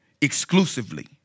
Exclusively